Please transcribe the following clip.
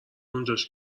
اونجاش